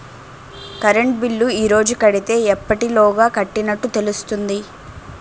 Current bill ఈ రోజు కడితే ఎప్పటిలోగా కట్టినట్టు తెలుస్తుంది?